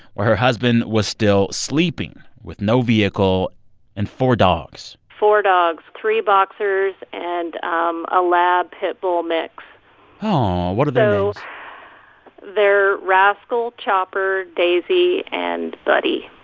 where her husband was still sleeping with no vehicle and four dogs four dogs three boxers and um a lab-pit bull mix oh, what are their they're rascal, chopper, daisy and buddy